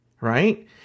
right